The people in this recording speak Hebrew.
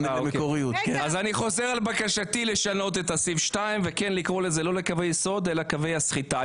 אני רוצה לשמוע את כל הדוברים.